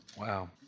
Wow